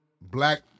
black